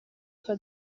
sua